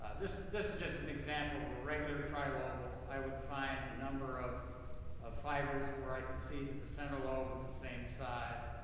ah this this is just an example where of a regular trilobal. i would find a number of of fibers where i could see that the center lobe was the same size,